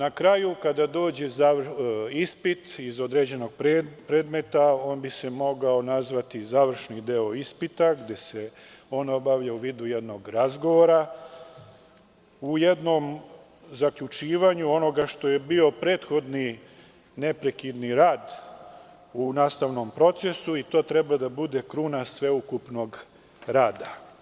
Na kraju, kada dođe ispit iz određenog predmeta, on bi se mogao nazvati završni deo ispita, gde se on obavlja u vidu jednog razgovora, u jednom zaključivanju onoga što je bio prethodni neprekidni rad u nastavnom procesu i to treba da bude kruna sveukupnog rada.